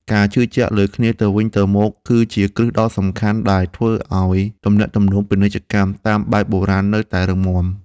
ការជឿជាក់លើគ្នាទៅវិញទៅមកគឺជាគ្រឹះដ៏សំខាន់ដែលធ្វើឱ្យទំនាក់ទំនងពាណិជ្ជកម្មតាមបែបបុរាណនៅតែរឹងមាំ។